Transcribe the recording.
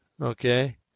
Okay